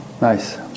Nice